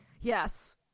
Yes